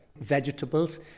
Vegetables